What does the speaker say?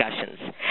discussions